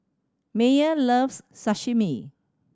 Maye loves Sashimi